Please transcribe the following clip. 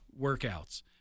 workouts